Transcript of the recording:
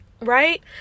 Right